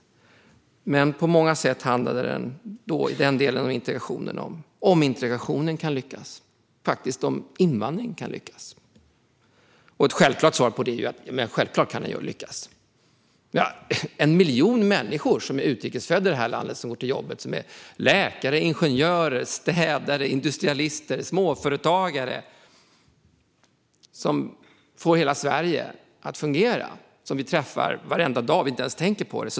Men på många sätt handlar den om ifall integrationen och faktiskt invandringen kan lyckas. Ett självklart svar på det är att det självklart kan lyckas. En miljon människor som är utrikes födda i det här landet går till jobbet. De är läkare, ingenjörer, städare, industrialister och småföretagare som får hela Sverige att fungera, och vi träffar dem varenda dag utan att ens tänka på det.